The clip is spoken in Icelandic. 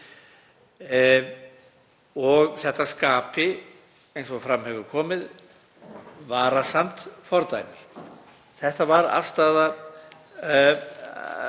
og þetta skapi, eins og fram hefur komið, varasamt fordæmi. Þetta var afstaða